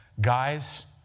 Guys